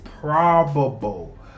probable